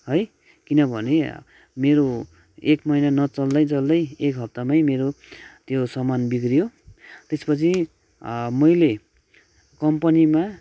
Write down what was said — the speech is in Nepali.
है किनभने मेरो एक महिना न चल्दै चल्दै एक हप्तामै मेरो त्यो सामान बिग्रियो त्यसपछि मैले कम्पनीमा